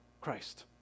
Christ